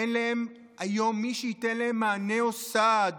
אין להם היום מי שייתן להם מענה או סעד